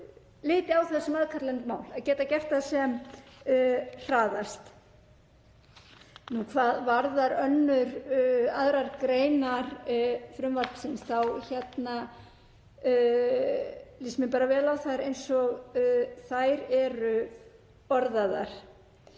liti á það sem aðkallandi mál að geta gert það sem hraðast. Hvað varðar aðrar greinar frumvarpsins þá líst mér bara vel á þær eins og þær eru orðaðar.